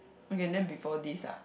okay then before this ah